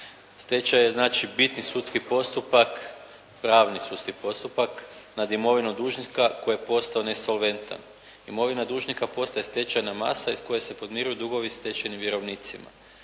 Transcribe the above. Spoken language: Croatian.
Stečaj je znači bitni sudski postupak, pravni sudski postupak nad imovinom dužnika koji je postao nesolventan. Imovina dužnika postaje stečajna masa iz koje se podmiruju dugovi stečajnim vjerovnicima.